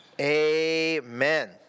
amen